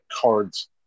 cards